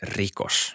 rikos